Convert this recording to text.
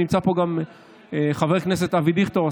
נמצא פה גם חבר הכנסת אבי דיכטר,